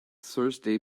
thursday